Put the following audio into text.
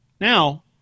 now